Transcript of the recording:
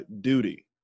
duty